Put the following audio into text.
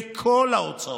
בכל ההוצאות,